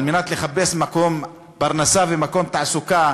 על מנת לחפש מקום פרנסה ומקום תעסוקה,